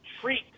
treat